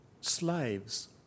slaves